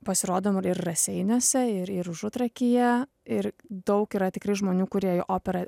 pasirodom ir raseiniuose ir ir užutrakyje ir daug yra tikrai žmonių kurie į operą